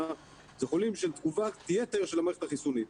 זה חולים של תגובת יתר של המערכת החיסונית.